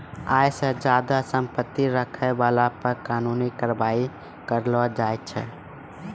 आय से ज्यादा संपत्ति रखै बाला पे कानूनी कारबाइ करलो जाय छै